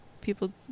people